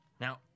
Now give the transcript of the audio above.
Now